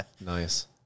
Nice